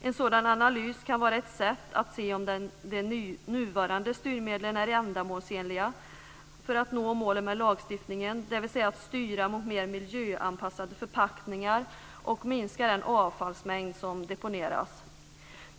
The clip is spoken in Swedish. En sådan analys kan vara ett sätt att se om de nuvarande styrmedlen är ändamålsenliga när det gäller att nå målen med lagstiftningen, dvs. att styra mot mer miljöanpassade förpackningar och minska den avfallsmängd som deponeras.